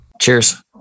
Cheers